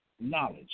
knowledge